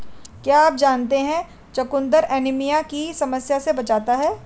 क्या आप जानते है चुकंदर एनीमिया की समस्या से बचाता है?